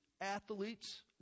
athletes